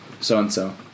so-and-so